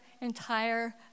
entire